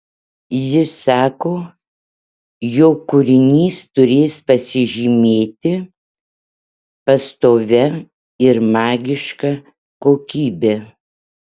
jis sako jog kūrinys turės pasižymėti pastovia ir magiška kokybe